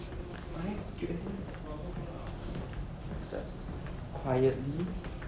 right cute kan dia jap quietly